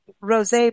rose